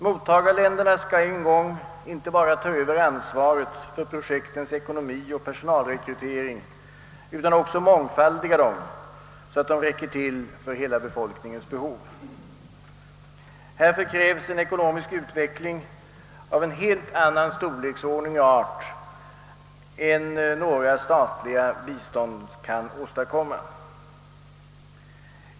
Mottagarländerna skall en gång inte bara ta över ansvaret för projektens ekonomi och personalrekrytering, utan också mångfaldiga dem, så att de räcker till för hela befolkningens behov. Härför krävs en ekonomisk utveckling av helt annan storleksordning och art än några statliga bistånd kan åstadkomma.